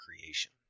creation